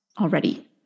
already